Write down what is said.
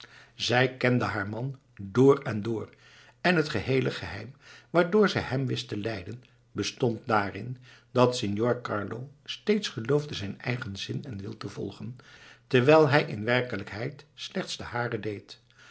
zij kende haar man door en door en het geheele geheim waardoor zij hem wist te leiden bestond daarin dat signor carlo steeds geloofde zijn eigen zin en wil te volgen terwijl hij in werkelijkheid slechts den haren deed